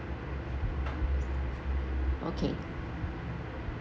okay